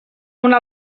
una